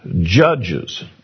judges